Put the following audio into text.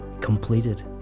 completed